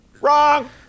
Wrong